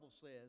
says